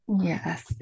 Yes